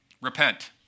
Repent